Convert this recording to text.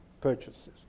purchases